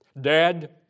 Dad